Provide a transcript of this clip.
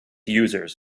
users